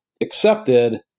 accepted